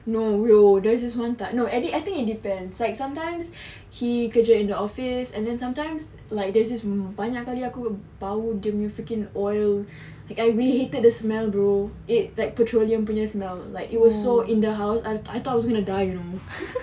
no no there's this one type I mean I think it depends like sometimes he kerja in the office and then sometimes like there's this banyak kali aku bau dia punya freaking oil like I really hated the smell bro it like petroleum punya smell like it was so in the house and I thought was going to die you know